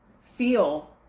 feel